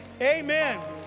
Amen